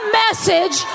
message